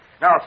Now